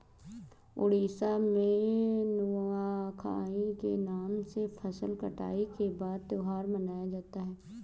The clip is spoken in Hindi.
उड़ीसा में नुआखाई के नाम से फसल कटाई के बाद त्योहार मनाया जाता है